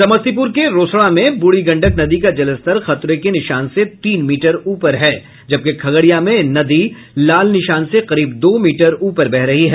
समस्तीपुर के रोसड़ा में बूढ़ी गंडक नदी का जलस्तर खतरे के निशान से तीन मीटर ऊपर है जबकि खगड़िया में नदी लाल निशान से करीब दो मीटर ऊपर बह रही है